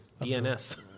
DNS